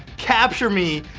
capture me,